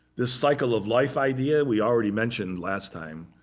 this cycle of life idea, we already mentioned last time.